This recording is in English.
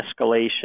escalation